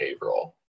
behavioral